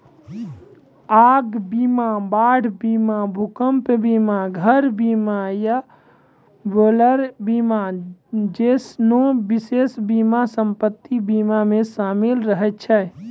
आग बीमा, बाढ़ बीमा, भूकंप बीमा, घर बीमा या बॉयलर बीमा जैसनो विशेष बीमा सम्पति बीमा मे शामिल रहै छै